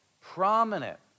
prominent